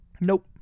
Nope